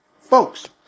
Folks